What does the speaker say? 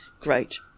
great